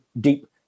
deep